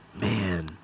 Man